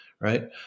right